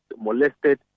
molested